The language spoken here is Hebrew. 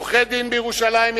עורכי-דין בירושלים,